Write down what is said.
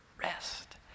Rest